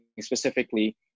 specifically